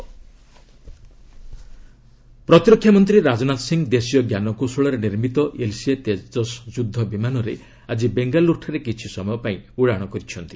ତେଜସ୍ ରାଜନାଥ ପ୍ରତିରକ୍ଷାମନ୍ତ୍ରୀ ରାଜନାଥ ସିଂହ ଦେଶୀୟ ଜ୍ଞାନକୌଶଳରେ ନିର୍ମିତ ଏଲ୍ସିଏ ତେଜସ୍ ଯୁଦ୍ଧ ବିମାନରେ ଆଜି ବେଙ୍ଗାଲୁରୁଠାରେ କିଛିସମୟ ପାଇଁ ଉଡାଣ କରିଛନ୍ତି